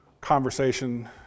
conversation